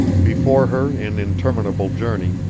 before her in interminable journey,